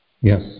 Yes